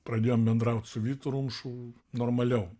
pradėjom bendraut su vytu rumšu normaliau